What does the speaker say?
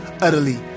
utterly